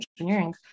engineering